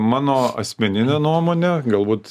mano asmenine nuomone galbūt